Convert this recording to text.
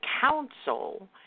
council